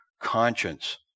conscience